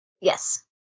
Yes